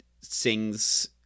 sings